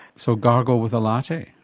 so gargle with a latte.